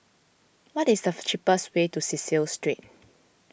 what is the cheapest way to Cecil Street